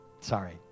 Sorry